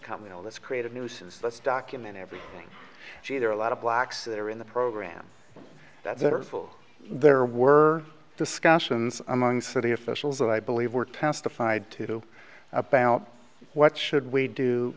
come with all this creative nuisance let's document everything she there are a lot of blacks there in the program that are full there were discussions among city officials who i believe were testified to about what should we do